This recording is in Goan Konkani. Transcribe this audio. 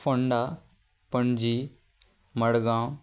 फोंडा पणजी मडगांव